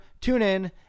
TuneIn